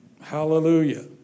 Hallelujah